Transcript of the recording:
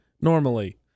normally